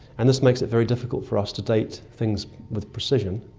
and this makes it very difficult for us to date things with precision.